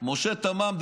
משה תמם,